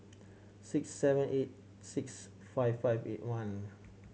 six seven eight six five five eight one